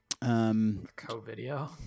Co-video